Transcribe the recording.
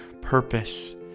purpose